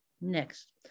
Next